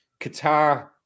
Qatar